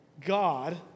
God